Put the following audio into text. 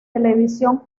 televisión